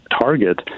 target